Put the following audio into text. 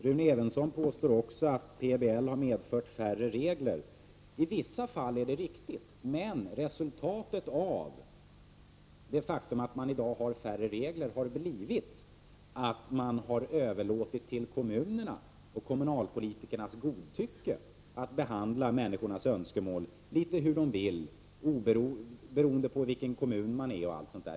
Rune Evensson påstår också att PBL lett till färre regler. I vissa fall är det riktigt, men resultatet av det faktum att det i dag är färre regler har blivit att man överlåtit åt kommunerna och kommunalpolitikernas godtycke att behandla människors önskemål litet hur de vill.